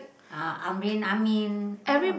uh Amrin-Amin